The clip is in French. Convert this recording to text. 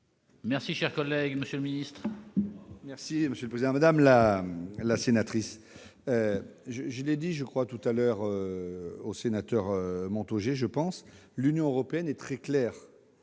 mes chers collègues, monsieur le ministre,